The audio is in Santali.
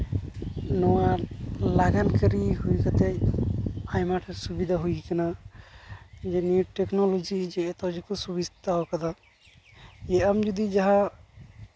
ᱱᱚᱣᱟ ᱞᱟᱜᱟᱱᱠᱟᱹᱨᱤ ᱦᱩᱭ ᱠᱟᱛᱮ ᱟᱭᱢᱟᱴᱟ ᱥᱩᱵᱤᱫᱟ ᱦᱩᱭ ᱠᱟᱱᱟ ᱡᱮ ᱱᱤᱭᱟᱹ ᱴᱮᱠᱱᱳᱞᱚᱡᱤ ᱮᱛᱳ ᱡᱮᱠᱚ ᱥᱩᱵᱤᱥᱛᱟ ᱠᱟᱫᱟ ᱟᱢ ᱡᱩᱫᱤ ᱡᱟᱦᱟᱸ